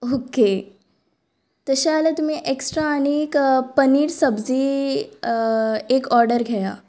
okay तशें जाल्यार तुमी एक्स्ट्रा आनीक पनीर सब्जी एक ऑर्डर घेया